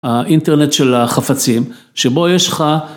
האינטרנט של החפצים, שבו יש לך.